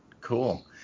Cool